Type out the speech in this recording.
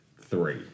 Three